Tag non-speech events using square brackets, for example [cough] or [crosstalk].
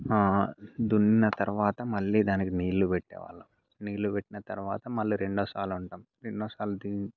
దున్నిన తరవాత మళ్ళి దానికి నీళ్లు పెట్టేవాళ్లం నీళ్లు పెట్టిన తరువాత మళ్ళీ రెండో సాళ్ళు అంటాం ఎన్నోసార్లు [unintelligible]